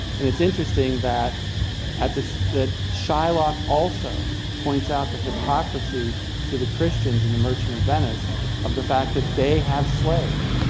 and it's interesting that at this shylock also points out the hypocrisy to the christians in the merchant of venice of the fact that they have slaves,